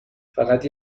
فقط